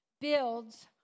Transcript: builds